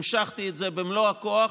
המשכתי את זה במלוא הכוח,